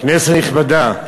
כנסת נכבדה,